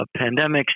pandemics